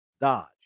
Dodge